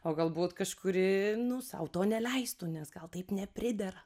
o galbūt kažkuri nu sau to neleistų nes gal taip nepridera